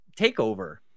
takeover